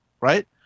right